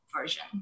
version